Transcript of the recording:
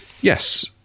Yes